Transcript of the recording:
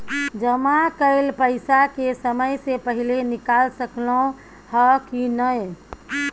जमा कैल पैसा के समय से पहिले निकाल सकलौं ह की नय?